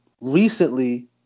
recently